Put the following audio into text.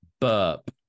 burp